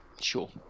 Sure